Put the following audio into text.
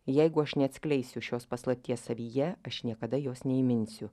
jeigu aš neatskleisiu šios paslapties savyje aš niekada jos neįminsiu